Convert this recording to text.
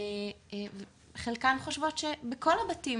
חלקן חושבות שבכל הבתים